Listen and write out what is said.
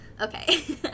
Okay